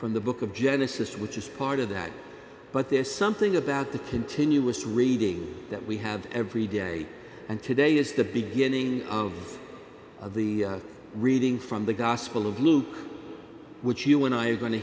from the book of genesis which is part of that but there's something about the continuous reading that we have every day and today is the beginning of the reading from the gospel of luke which you and i are going to